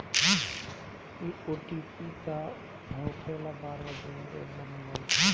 इ ओ.टी.पी का होकेला बार बार देवेला मोबाइल पर?